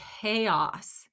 chaos